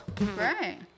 right